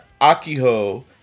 Akiho